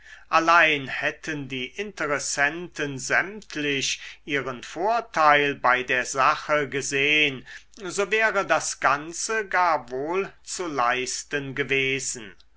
allein hätten die interessenten sämtlich ihren vorteil bei der sache gesehn so wäre das ganze gar wohl zu leisten gewesen